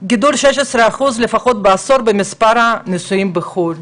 זה גידול של 16 אחוזים לפחות בעשור האחרון במספר הנישאים בחו"ל.